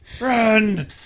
Run